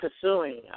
pursuing